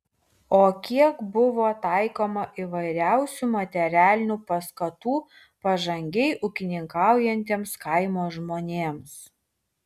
o kiek buvo taikoma įvairiausių materialinių paskatų pažangiai ūkininkaujantiems kaimo žmonėms